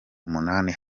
umunani